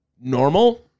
normal